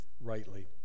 rightly